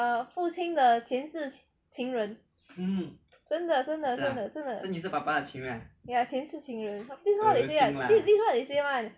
err 父亲的前世情人真的真的真的真的 ya 前世情人 this is what they say one this this what they say one